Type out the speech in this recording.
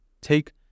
take